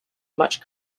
much